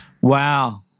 Wow